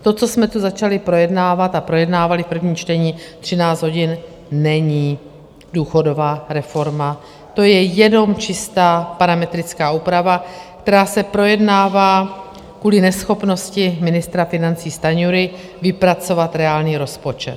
To, co jsme tu začali projednávat a projednávali v prvním čtení 13 hodin, není důchodová reforma, to je jenom čistá parametrická úprava, která se projednává kvůli neschopnosti ministra financí Stanjury vypracovat reálný rozpočet.